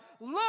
Look